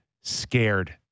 scared